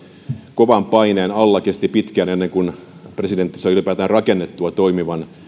kovan paineen alla kesti pitkään ennen kuin presidentti sai ylipäätään rakennettua toimivan